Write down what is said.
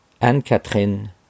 Anne-Catherine